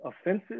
offensive